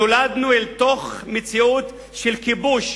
נולדנו אל תוך מציאות של כיבוש,